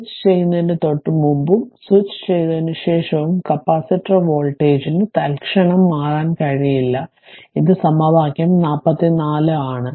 switch ചെയ്യുന്നതിന് തൊട്ടുമുമ്പും switch ചെയ്തതിനുശേഷവും കപ്പാസിറ്റർ വോൾട്ടേജിന് തൽക്ഷണം മാറാൻ കഴിയില്ല ഇത് സമവാക്യം 44 ആണ്